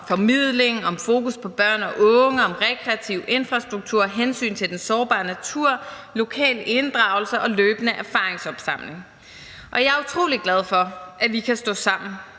formidling, om fokus på børn og unge, om rekreativ infrastruktur, om hensyn til den sårbare natur, om lokal inddragelse og om løbende erfaringsopsamling, og jeg er utrolig glad for, at vi kan stå sammen